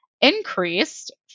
increased